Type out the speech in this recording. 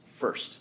first